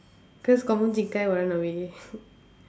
cause confirm Qing Kai will run away